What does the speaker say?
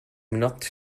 not